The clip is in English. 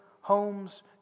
homes